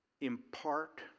impart